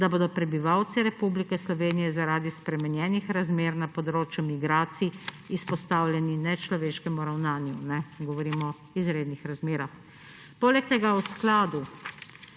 da bodo prebivalci Republike Slovenije zaradi spremenjenih razmer na področju migracij izpostavljeni nečloveškemu ravnanju. Govorim o izrednih razmerah. Poleg tega v skladu